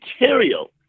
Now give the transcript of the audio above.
material